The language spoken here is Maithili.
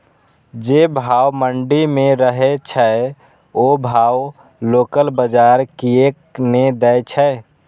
जे भाव मंडी में रहे छै ओ भाव लोकल बजार कीयेक ने दै छै?